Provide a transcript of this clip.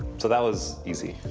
so that was easy.